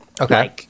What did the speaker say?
okay